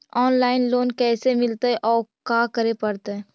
Online loan कैसे मिलतै औ का करे पड़तै?